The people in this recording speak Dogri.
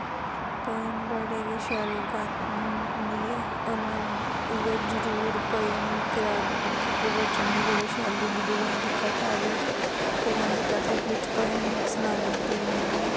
ते भजन बड़े शैल गांदी ऐ और में इयै जरूर भजन करागी प्रवचन बड़े शैल दिंदी भगवान दी कथा बी भगवान दी कथा च बी भजन सनांदी रौह्ंदी